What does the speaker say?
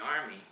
army